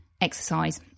exercise